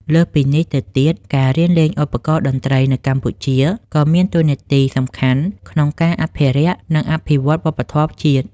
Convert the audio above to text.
លើសពីនេះទៅទៀត ការរៀនលេងឧបករណ៍តន្ត្រីនៅកម្ពុជាក៏មានតួនាទីសំខាន់ក្នុងការអភិរក្ស និងអភិវឌ្ឍវប្បធម៌ជាតិ។